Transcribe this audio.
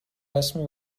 رسمی